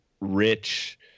rich